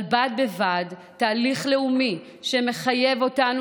אבל בד בבד לתהליך לאומי שמחייב אותנו